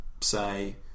say